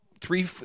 three